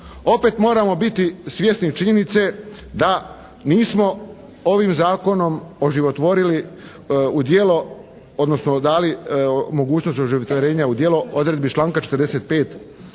Opet moramo biti svjesni činjenice da nismo ovim zakonom oživotvorili u djelo odnosno dali mogućnost oživotvorenja u djelo odredbe iz članka 45.